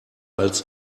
als